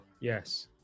Yes